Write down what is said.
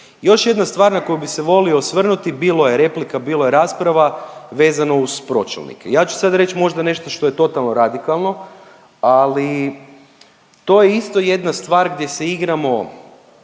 Još jedna stvar na koju bih se volio osvrnuti bilo je replika, bilo je rasprava vezano uz pročelnike. Ja ću sad reći možda nešto što je totalno radikalno, ali to je isto jedna stvar gdje se igramo